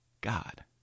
God